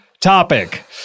topic